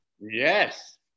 Yes